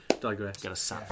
Digress